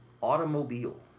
automobile